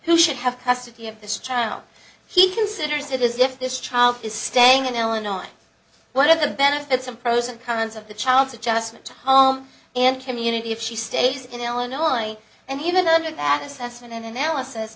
who should have custody of this child he considers it is if this child is staying in illinois what are the benefits of pros and cons of the child's adjustment and community if she stays in illinois why and even under that assessment an analysis